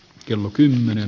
kello kymmenen